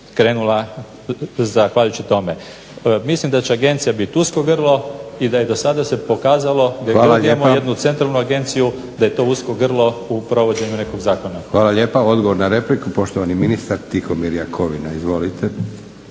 krenula zahvaljujući tome. Mislim da će Agencija biti usko grlo i da je do sada se pokazalo da gdje god imamo jednu centralnu agenciju da je to usko grlo u provođenju nekog zakona. **Leko, Josip (SDP)** Hvala lijepa. Odgovor na repliku, poštovani ministar Tihomir Jakovina. Izvolite.